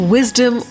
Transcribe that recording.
Wisdom